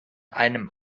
einem